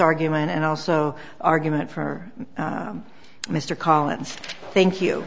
argument and also argument for mr collins thank you